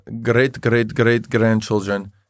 great-great-great-grandchildren